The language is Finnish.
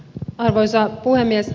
arvoisa puhemies